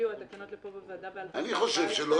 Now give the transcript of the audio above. שהגיעו לפה לוועדה ב-2014- -- אני חושב שלא